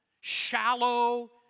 shallow